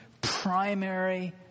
primary